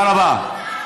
לערבים, תודה רבה.